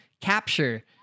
capture